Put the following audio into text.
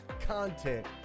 content